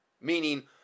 Meaning